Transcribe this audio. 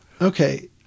Okay